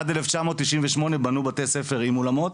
עד 1998 בנו בתי ספר עם אולמות.